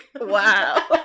wow